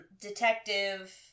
Detective